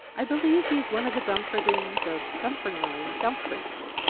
i believe he is one of the dumfarthings of dunfermline, dumfries.